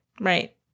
right